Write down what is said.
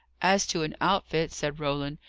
as to an outfit, said roland,